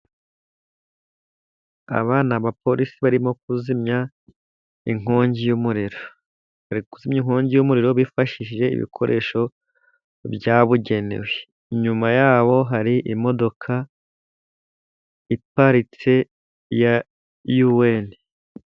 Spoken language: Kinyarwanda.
Aba ni abaporisi barimo kuzimya inkongi y'umuriro. Bari kuzimya inkongi y'umuriro bifashishije ibikoresho byabugenewe. Inyuma ya bo hari imodoka iparitse ya Yuweni.